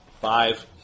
Five